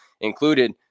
included